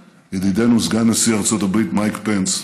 ידידנו סגן נשיא ארצות הברית מייק פנס.